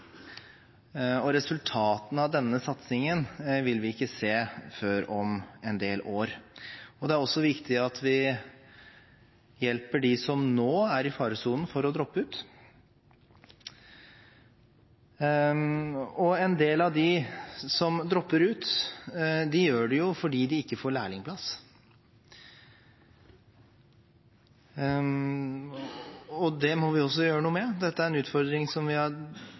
del år. Det er også viktig at vi hjelper dem som nå er i faresonen for å droppe ut. En del av dem som dropper ut, gjør det fordi de ikke får lærlingplass. Det må vi gjøre noe med. Dette er en utfordring som vi har